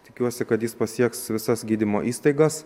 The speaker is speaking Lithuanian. tikiuosi kad jis pasieks visas gydymo įstaigas